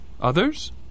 Others